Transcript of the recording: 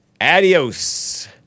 Adios